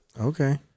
Okay